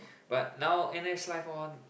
but now N_S life all